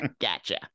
Gotcha